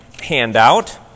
handout